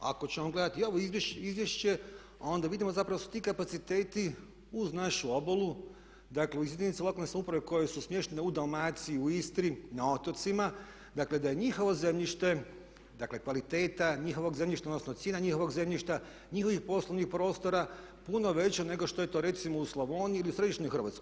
Ako ćemo gledati i ovo izvješće onda vidimo da su zapravo ti kapaciteti uz našu obalu, dakle uz jedinice lokalne samouprave koje su smještene u Dalmaciji, u Istri, na otocima, dakle da je njihovo zemljište, dakle kvaliteta njihovog zemljišta, odnosno cijena njihovog zemljišta, njihovih poslovnih prostora puno veća nego što je to recimo u Slavoniji ili u središnjoj Hrvatskoj.